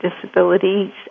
Disabilities